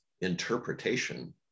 interpretation